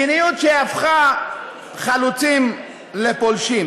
מדיניות שהפכה חלוצים לפולשים.